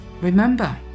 remember